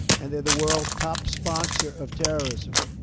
and they're the world's top sponsor of terrorism.